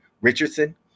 Richardson